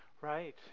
right